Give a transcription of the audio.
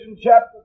chapter